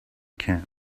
camp